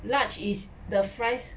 large is the fries